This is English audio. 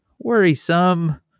worrisome